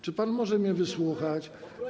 Czy pan może mnie wysłuchać?